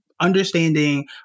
understanding